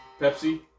Pepsi